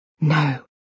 No